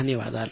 ధన్యవాదాలు